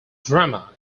drama